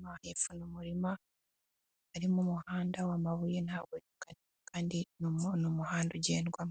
no hepfo ni umurima , harimo amabuye kandi nta muntu muhanda urimo ugendamo.